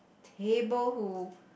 table who